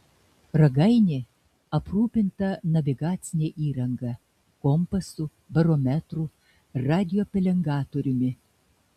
ragainė aprūpinta navigacine įranga kompasu barometru radiopelengatoriumi